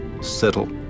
Settle